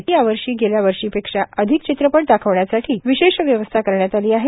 पूर्वी यावर्षी गेल्या वर्षापेक्षा अधिक चित्रपट दाखविण्यासाठी विशेष व्यवस्था करण्यात आली आहे